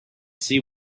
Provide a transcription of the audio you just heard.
see